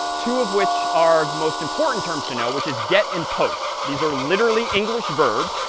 two of which are the most important terms to know, which is get and post. these are literally english verbs,